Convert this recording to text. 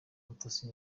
ubutasi